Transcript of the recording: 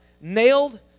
nailed